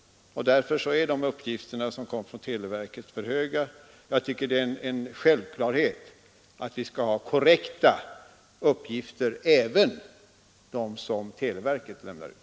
Därför är de uppgifter som kommer från televerket för höga. Jag tycker det är en självklarhet att adressuppgifterna i telefonkatalogerna skall vara korrekta — även de uppgifter som televerket lämnar ut.